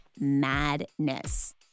madness